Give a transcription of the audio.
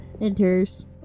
enters